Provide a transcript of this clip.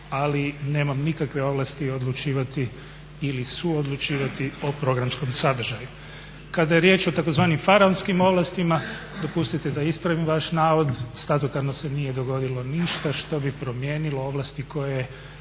ali nemam nikakve ovlasti odlučivati ili suodlučivati o programskom sadržaju. Kada je riječ o tzv. faraonskim ovlastima, dopustite da ispravim vaš navod, statutarno se nije dogodilo ništa što bi promijenilo ovlasti koje